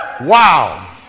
Wow